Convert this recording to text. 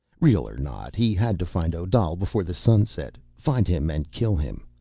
real or not he had to find odal before the sun set. find him and kill him.